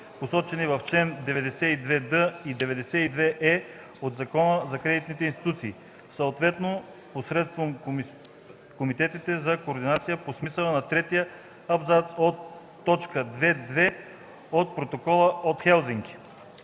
посочени в чл. 92д и 92е от Закона за кредитните институции, съответно посредством комитетите за координация по смисъла на третия абзац от т. 2.2 от Протокола от Хелзинки.”